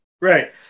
Right